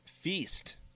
Feast